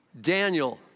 Daniel